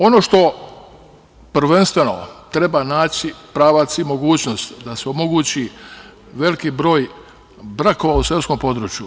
Ono što prvenstveno treba naći pravac i mogućnost da se omogući veliki broj brakova u seoskom području.